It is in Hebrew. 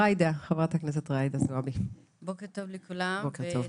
בוקר טוב לכולם,